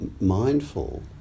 mindful